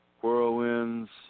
Whirlwinds